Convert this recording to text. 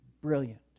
brilliant